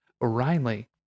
Riley